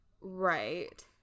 Right